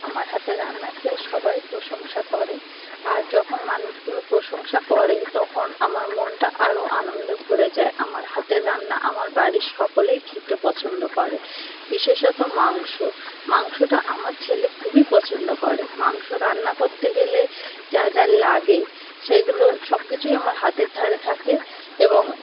আমার হাতে রান্না খেয়ে সবাই প্রশংসা করে আর যখন মানুষগুলো প্রশংসা করে তখন আমার মনটা আরও আনন্দে ভরে যায় আমার হাতের রান্না আমার বাড়ির সকলেই খেতে পছন্দ করে বিশেষত মাংস মাংসটা আমার ছেলে খুবই পছন্দ করে মাংস রান্না করতে গেলে যা যা লাগে সেগুলো সব কিছুই আমার হাতের ধারে থাকে এবং